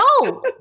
No